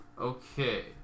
Okay